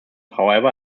however